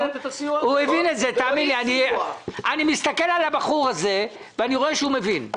אני מסתכל על הבחור הזה ואני רואה שהוא מבין.